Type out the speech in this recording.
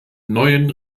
neuen